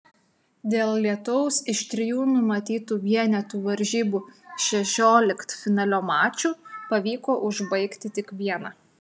dėl lietaus iš trijų numatytų vienetų varžybų šešioliktfinalio mačų pavyko užbaigti tik vieną